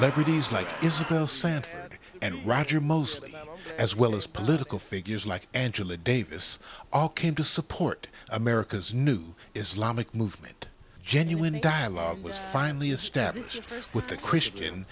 celebrities like isabel santana and roger mostly as well as political figures like angela davis all came to support america's new islamic movement genuine dialogue was finally established with the christian